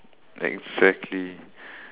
exactly